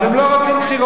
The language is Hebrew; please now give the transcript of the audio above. אז הם לא רוצים בחירות,